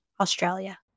Australia